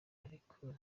ariko